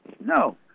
No